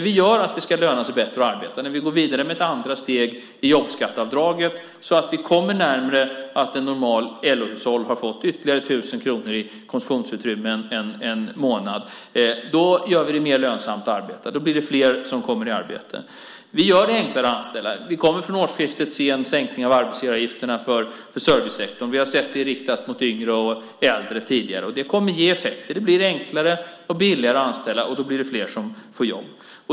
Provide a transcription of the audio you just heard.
Vi gör det lönsammare att arbeta och går vidare med ett andra steg i jobbskatteavdraget så att vi kommer närmare ytterligare tusen kronor i konsumtionsutrymme per månad för ett normalt LO-hushåll. Vi gör det mer lönsamt att arbeta, och då kommer fler i arbete. Vi gör det enklare att anställa. Vi kommer från årsskiftet att se en sänkning av arbetsgivaravgifterna för servicesektorn. Det har tidigare riktats mot yngre och äldre, och det kommer att ge effekter. Det blir enklare och billigare att anställa, och då blir det fler som får jobb.